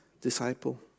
disciple